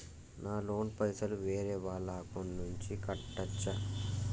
నా లోన్ పైసలు వేరే వాళ్ల అకౌంట్ నుండి కట్టచ్చా?